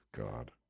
God